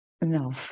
No